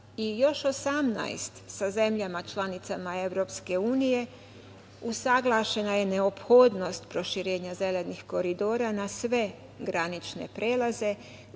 i još 18 sa zemljama članicama EU usaglašena je neophodnost proširenja „Zelenih koridora“ na sve granične prelaze